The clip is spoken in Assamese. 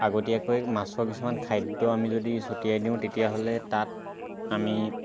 আগতিয়াকৈ মাছৰ কিছুমান খাদ্য আমি যদি চতিয়াই দিওঁ তেতিয়াহ'লে তাত আমি